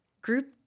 group